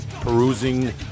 perusing